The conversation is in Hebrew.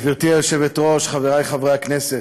גברתי היושבת-ראש, חברי חברי הכנסת,